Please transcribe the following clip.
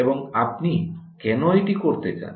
এবং আপনি কেন এটি করতে চান